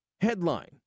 Headline